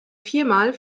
viermal